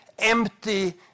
empty